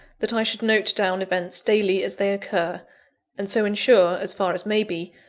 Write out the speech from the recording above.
that i should note down events daily as they occur and so ensure, as far as may be,